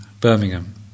Birmingham